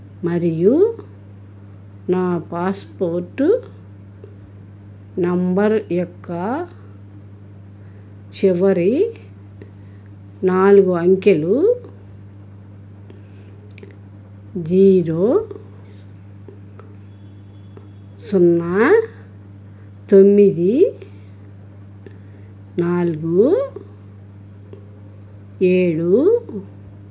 మరియు నా passport number యొక్క చివరి నాలుగు అంకెలు జీరో సున్నా తొమ్మిది నాలుగు ఏడు